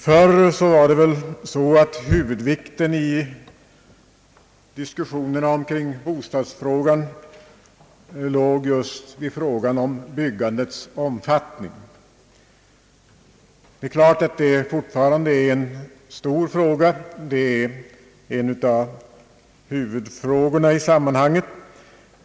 Förr låg nog huvudvikten just vid byggandets omfattning. Det är klart att det fortfarande är en stor fråga, en av huvudfrågorna i sammanhanget.